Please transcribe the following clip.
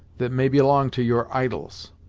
that may belong to your idols.